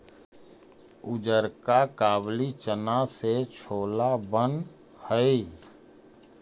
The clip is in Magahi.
उजरका काबली चना से छोला बन हई